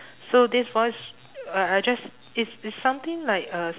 so this voice I I just is is something like uh